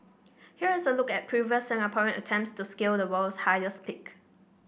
here is a look at previous Singaporean attempts to scale the world's highest peak